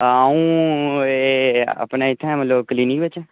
एह् अपने इत्थै मतलब क्लिनिक बिच्च